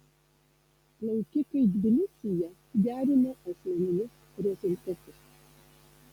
plaukikai tbilisyje gerino asmeninius rezultatus